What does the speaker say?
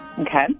Okay